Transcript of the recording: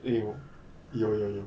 有有有有